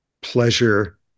pleasure